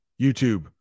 youtube